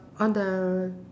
on the